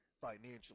financially